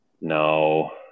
no